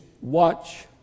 watch